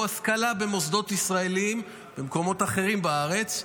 השכלה במוסדות ישראליים במקומות אחרים בארץ,